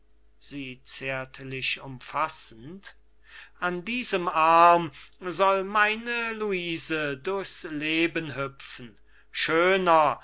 an diesem arm soll meine luise durchs leben hüpfen schöner